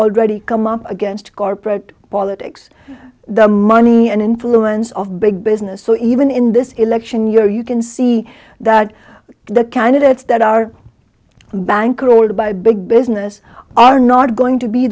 already come up against corporate politics the money and influence of big business so even in this election year you can see that the candidates that are bankrolled by big business are not going to be